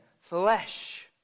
Flesh